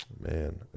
Man